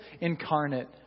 incarnate